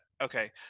Okay